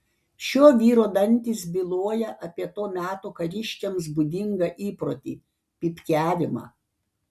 šio vyro dantys byloja apie to meto kariškiams būdingą įprotį pypkiavimą